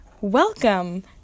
welcome